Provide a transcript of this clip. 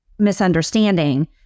misunderstanding